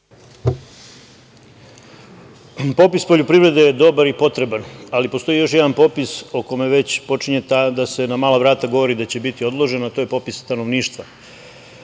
poljoprivrede je dobar i potreban, ali postoji još jedan popis o kome već počinje da se na mala vrata govori da će biti odloženo, a to je popis stanovništva. Tako